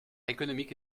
économique